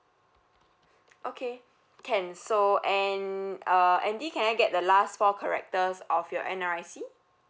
okay can so and uh andy can I get the last four characters of your N_R_I_C